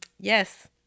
yes